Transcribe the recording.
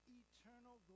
eternal